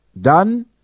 done